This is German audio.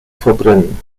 verbrennen